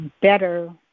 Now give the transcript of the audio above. better